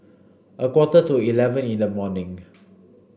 a quarter to eleven in the morning